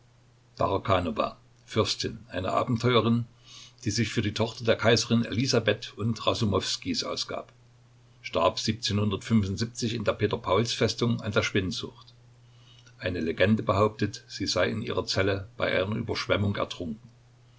fürstin eine abenteurerin die sich für die tochter der kaiserin elisabeth und rasumowskijs ausgab starb in der peter pauls festung an der schwindsucht eine legende behauptet sie sei in ihrer zelle bei einer überschwemmung ertrunken